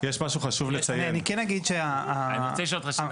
אני כן אגיד --- אני רוצה לשאול אותך שאלה.